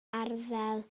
arddel